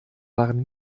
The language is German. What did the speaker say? waren